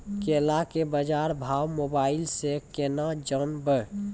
केला के बाजार भाव मोबाइल से के ना जान ब?